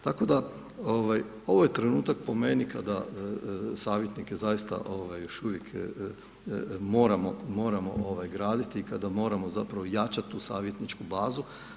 Tako da, ovo je trenutak po meni kada savjetnike zaista još uvijek moramo graditi i kada moramo zapravo jačati tu savjetničku bazu.